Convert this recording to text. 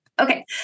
Okay